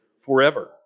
forever